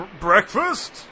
Breakfast